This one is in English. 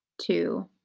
two